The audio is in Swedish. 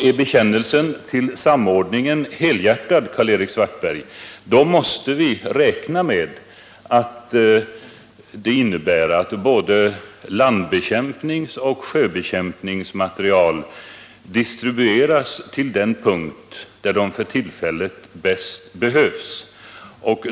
Är bekännelsen till samordningen helhjärtad, Karl-Erik Svartberg, måste vi räkna med att det innebär att både landbekämpningsoch sjöbekämpningsmateriel distribueras till den punkt, där materielen för tillfället bäst behövs.